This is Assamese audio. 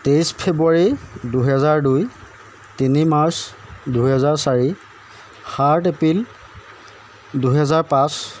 তেইছ ফেব্ৰুৱাৰী দুহেজাৰ দুই তিনি মাৰ্চ দুহেজাৰ চাৰি সাত এপ্ৰিল দুহেজাৰ পাঁচ